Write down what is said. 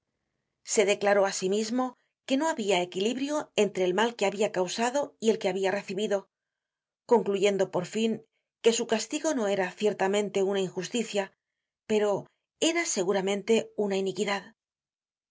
se declaró á sí mismo que no habia equilibrio entre el mal que habia causado y el que habia recibido concluyendo por fin que su castigo no era ciertamente una injusticia pero era seguramente una iniquidad